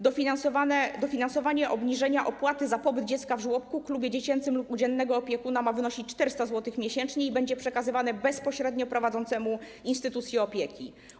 Dofinansowanie obniżenia opłaty za pobyt dziecka w żłobku, klubie dziecięcym lub u dziennego opiekuna ma wynosić 400 zł miesięcznie i będzie przekazywane bezpośrednio prowadzącemu instytucję opieki.